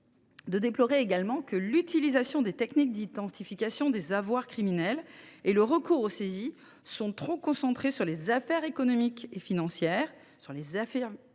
Ils déploraient également le fait que l’utilisation des techniques d’identification des avoirs criminels et le recours aux saisies étaient trop concentrés sur les affaires économiques et financières et les affaires